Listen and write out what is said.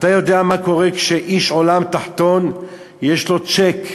אתה יודע מה קורה כשאיש עולם תחתון יש לו צ'ק,